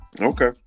Okay